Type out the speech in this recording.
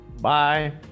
Bye